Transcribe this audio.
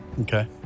Okay